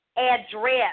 Address